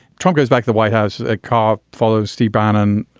trumka's back the white house ah call follow. steve bannon.